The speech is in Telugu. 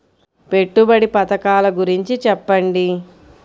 పెట్టుబడి పథకాల గురించి చెప్పండి?